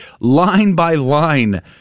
line-by-line